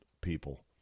people